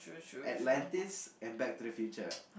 Atlantis and Back to the Future